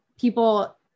people